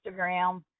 Instagram